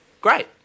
Great